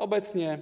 Obecnie